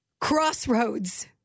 Crossroads